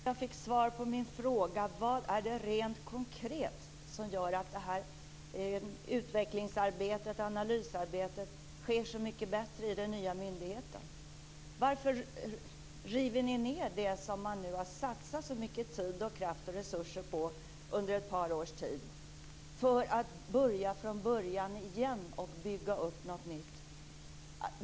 Herr talman! Jag tycker inte att jag fick svar på min fråga vad det rent konkret är som gör att detta utvecklings och analysarbetet sker så mycket bättre i den nya myndigheten. Varför river ni ned det som man har satsat så mycket tid, kraft och resurser på under ett par års tid för att börja från början igen och bygga upp något nytt?